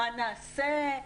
מה נעשה,